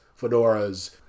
fedoras